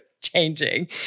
changing